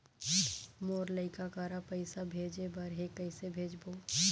मोर लइका करा पैसा भेजें बर हे, कइसे भेजबो?